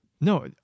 No